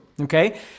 okay